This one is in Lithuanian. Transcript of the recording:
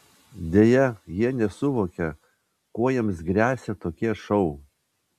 deja jie nesuvokia kuo jiems gresia tokie šou